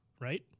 right